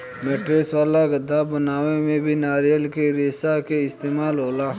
mattress वाला गद्दा बनावे में भी नारियल के रेशा के इस्तेमाल होला